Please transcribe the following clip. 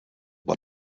but